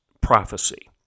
Prophecy